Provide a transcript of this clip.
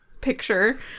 picture